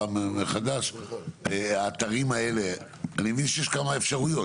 לגבי האתרים האלה, אני מבין שיש כמה אפשרויות.